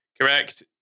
Correct